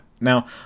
now